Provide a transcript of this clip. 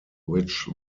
which